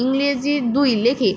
ইংরেজির দুই লেখে